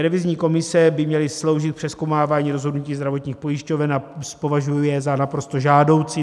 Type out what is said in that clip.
Revizní komise by měly sloužit přezkoumávání rozhodnutí zdravotních pojišťoven a považuji je za naprosto žádoucí.